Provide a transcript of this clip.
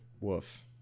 Woof